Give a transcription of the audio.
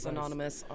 Anonymous